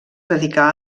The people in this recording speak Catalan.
dedicà